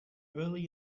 early